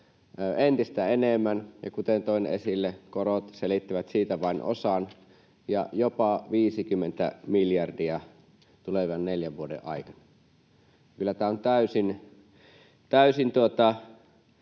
entistä enemmän — ja kuten toin esille, korot selittävät siitä vain osan —, jopa 50 miljardia tulevan neljän vuoden aikana. Kyllä tämä on täysin